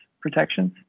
protections